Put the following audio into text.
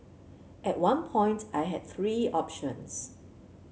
at one point I had three options